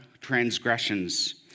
transgressions